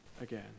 again